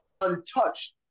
untouched